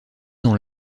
dans